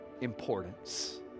importance